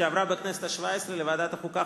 שעברה בכנסת השבע-עשרה לוועדת החוקה,